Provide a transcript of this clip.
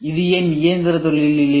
இது ஏன் இயந்திர தொழிலில் இல்லை